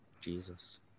Jesus